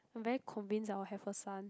I'm very convinced that I'll have a son